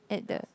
at the